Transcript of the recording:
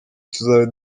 tuzabe